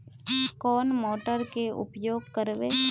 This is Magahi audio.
कौन मोटर के उपयोग करवे?